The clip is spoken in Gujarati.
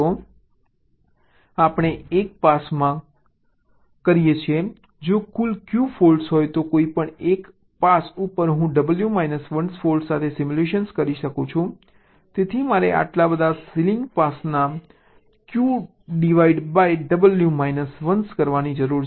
તો આ આપણે 1 પાસમાં કરીએ છીએ જો કુલ q ફોલ્ટ્સ હોય તો કોઈપણ એક પાસ ઉપર હું W માઈનસ 1 ફોલ્ટ સાથે સિમ્યુલેટ કરી શકું છું તેથી મારે આટલા બધા સીલિંગ પાસના q divide by W minus 1 કરવાની જરૂર છે